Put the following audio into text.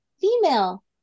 female